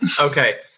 Okay